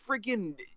freaking